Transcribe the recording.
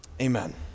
Amen